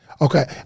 Okay